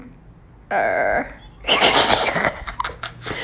err